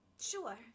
sure